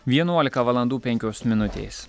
vienuolika valandų penkios minutės